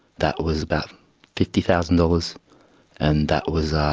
that was about fifty thousand dollars and that was,